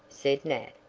said nat,